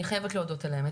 אני חייבת להודות על האמת.